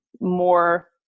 more